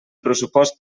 pressupost